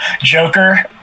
Joker